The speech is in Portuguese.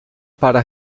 para